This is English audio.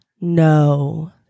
no